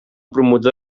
promotor